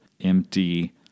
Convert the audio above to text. empty